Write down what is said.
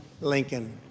Lincoln